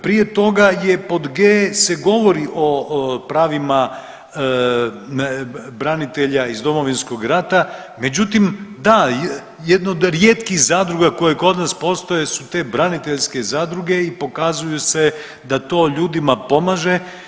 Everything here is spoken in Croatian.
Prije toga je pod g) se govori o pravima branitelja iz Domovinskog rata, međutim da jedna od rijetkih zadruga koje kod nas postoje su te braniteljske zadruge i pokazuju se da to ljudima pomaže.